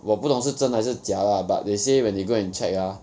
我不懂是真还是假 lah but they say when they go and check ah